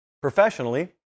professionally